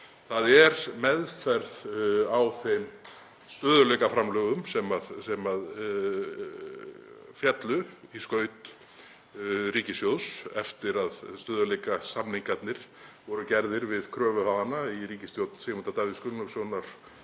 þ.e. meðferð á þeim stöðugleikaframlögum sem féllu í skaut ríkissjóðs eftir að stöðugleikasamningarnir voru gerðir við kröfuhafana í ríkisstjórn Sigmundar Davíðs Gunnlaugssonar